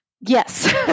Yes